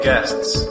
Guests